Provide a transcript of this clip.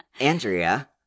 Andrea